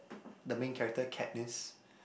the main character Katniss